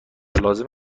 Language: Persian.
لازم